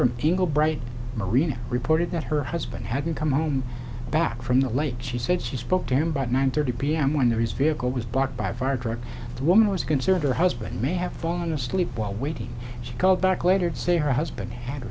from eagle bright marina reported that her husband had come home back from the lake she said she spoke to him by nine thirty p m when there is vehicle was blocked by a fire truck the woman was concerned her husband may have fallen asleep while waiting she called back later to say her husband had